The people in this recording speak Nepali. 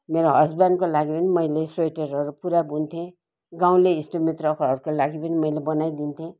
मेरो हस्बेन्डको लागि पनि मैले स्वेटरहरू पुरा बुन्थेँ गाउँले इष्ट मित्रहरको लागि पनि मैले बनाइदिन्थेँ